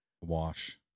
wash